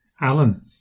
Alan